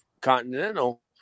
continental